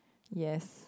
yes